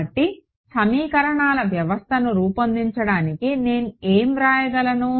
కాబట్టి సమీకరణాల వ్యవస్థను రూపొందించడానికి నేను ఏమి వ్రాయగలను